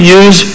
use